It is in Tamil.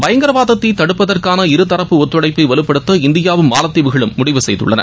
பயங்கரவாதத்தை தடுப்பதற்கான இருதரப்பு ஒத்துழைப்பை வலுப்படுத்த இந்தியாவும் மாலத்தீவுகளும் முடிவு செய்துள்ளன